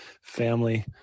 family